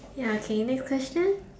ya okay next question